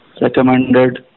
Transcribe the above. recommended